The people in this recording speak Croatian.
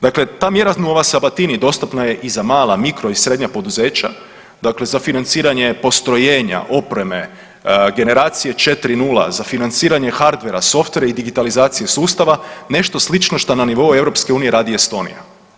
Dakle, ta mjera Nuova SAbatini dostupna je i za mala, mikro i srednja poduzeća za financiranje postrojenja, opreme, generacije 4.0., za financiranje hardvera, softvera i digitalizacije sustava nešto slično šta na nivou EU radi Estonija.